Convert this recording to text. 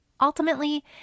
Ultimately